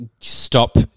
Stop